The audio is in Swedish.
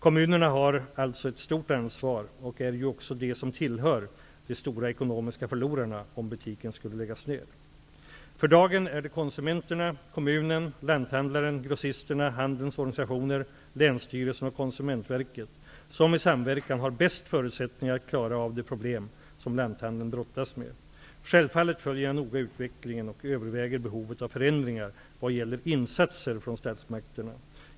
Kommunerna har alltså ett stort ansvar och tillhör också de stora ekonomiska förlorarna om butiken skulle läggas ned. För dagen är det konsumenterna, kommunen, lanthandlaren, grossisterna, handelns organisationer, länsstyrelserna och Konsumentverket som i samverkan har bäst förutsättningar att klara av de problem som lanthandeln brottas med. Sjävfallet följer jag noga utvecklingen och överväger behovet av förändringar vad gäller insatser från statsmakterna.